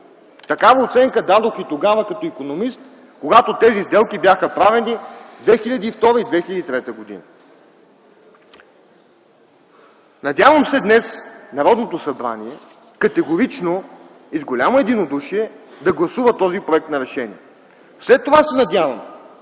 Такава оценка дадох и тогава като икономист, когато тези сделки бяха правени 2002 г. и 2003 г. Надявам се днес Народното събрание категорично и с голямо единодушие да гласува този проект на решение. След това се надявам